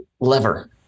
lever